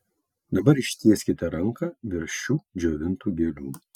dabar ištieskite ranką virš šių džiovintų gėlių